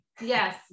Yes